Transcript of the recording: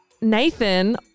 Nathan